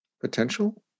potential